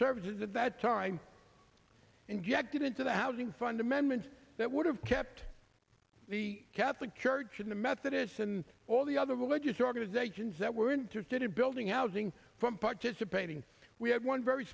services at that time injected into the housing fund amendment that would have kept the catholic church in the methodists and all the other religious organizations that were interested in building housing from participating we had one very